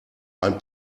ein